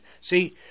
See –